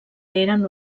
eren